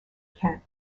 kent